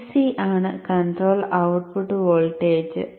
Vc ആണ് control output voltage